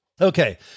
Okay